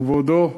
כבודו,